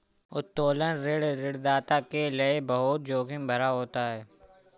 उत्तोलन ऋण ऋणदाता के लये बहुत जोखिम भरा होता है